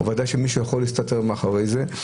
אחד הדברים החמורים זה באמת, שזאת